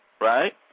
right